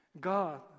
God